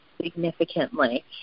significantly